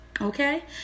Okay